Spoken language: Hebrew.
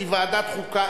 לדיון מוקדם בוועדת החוקה,